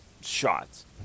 shots